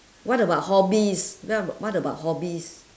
what about hobbies what about what about hobbies